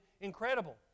incredible